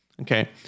Okay